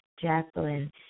Jacqueline